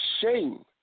shame